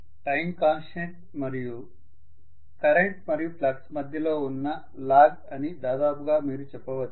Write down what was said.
professor time constant మరియు current మరియు flux మధ్యలో ఉన్న లాగ్ అని దాదాపుగా మీరు చెప్పవచ్చు